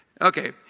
Okay